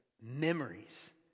memories